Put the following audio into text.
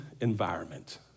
environment